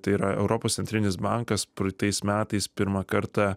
tai yra europos centrinis bankas praeitais metais pirmą kartą